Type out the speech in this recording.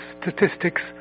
statistics